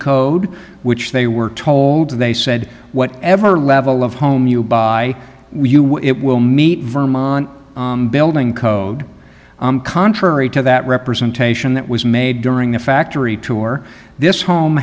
code which they were told that they said whatever level of home you buy you will it will meet vermont building code contrary to that representation that was made during the factory tour this home